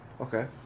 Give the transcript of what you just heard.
Okay